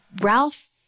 Ralph